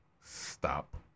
stop